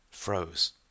froze